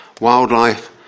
Wildlife